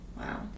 Wow